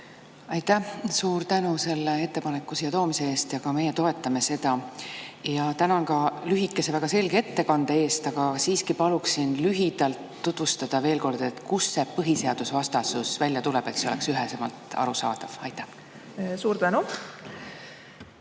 Aitäh! Suur tänu selle ettepaneku siia toomise eest! Ka meie toetame seda. Ja tänan ka lühikese väga selge ettekande eest. Aga siiski paluksin lühidalt tutvustada veel kord, kust see põhiseadusvastasus välja tuleb, et see oleks ühesemalt arusaadav. Aitäh! Suur tänu